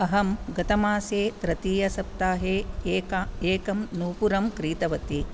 अहं गतमासे तृतीयसप्ताहे एक एकं नूपुरं क्रीतवती